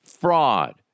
Fraud